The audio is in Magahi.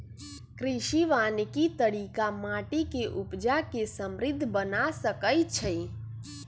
कृषि वानिकी तरिका माटि के उपजा के समृद्ध बना सकइछइ